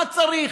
מה צריך?